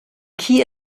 key